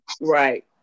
Right